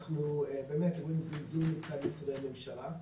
אנחנו נראה זלזול מצד משרדי ממשלה.